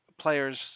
players